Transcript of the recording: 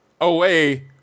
away